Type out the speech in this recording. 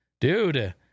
Dude